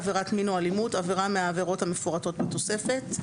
"עבירת מין או אלימות" עבירה מהעבירות המפורטות בתוספת,